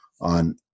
on